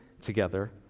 together